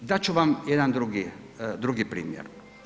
Dat ću vam jedan drugi primjer.